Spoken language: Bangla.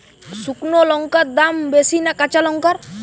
শুক্নো লঙ্কার দাম বেশি না কাঁচা লঙ্কার?